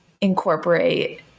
incorporate